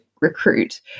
recruit